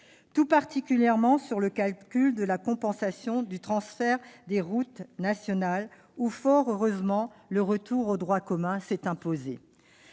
tout particulièrement sur le calcul de la compensation du transfert des routes nationales, où, fort heureusement, le retour au droit commun s'est imposé.